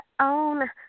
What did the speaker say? own